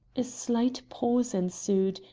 a slight pause ensued,